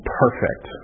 perfect